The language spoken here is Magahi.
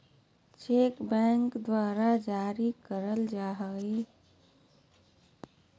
चेक बैंक द्वारा जारी करल जाय हय